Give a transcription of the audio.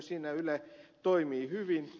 siinä yle toimii hyvin